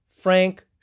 Frank